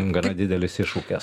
gana didelis iššūkis